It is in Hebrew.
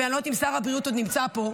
ואני לא יודעת אם שר הבריאות עוד נמצא פה,